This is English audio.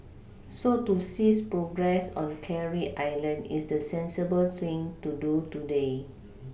so to cease progress on Carey island is the sensible thing to do today